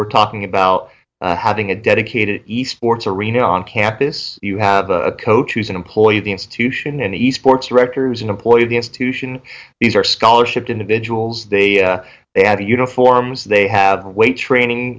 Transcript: we're talking about having a dedicated e sports arena on campus you have a coach who's an employee of the institution and e sports rector's an employee of the institution these are scholarship individuals they they have uniforms they have weight training